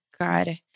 God